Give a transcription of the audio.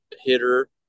hitter